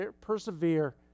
persevere